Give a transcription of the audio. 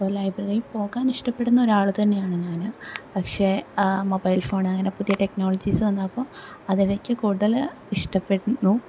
അപ്പോൾ ലൈബ്രറി പോകാനിഷ്ടപ്പെടുന്ന ഒരാൾ തന്നെയാണ് ഞാൻ പക്ഷേ മൊബൈൽ ഫോണ് അങ്ങനെ പുതിയ ടെക്നോളജീസ് വന്നപ്പോൾ അതിലേക്ക് കൂടുതൽ ഇഷ്ടപ്പെടുന്നു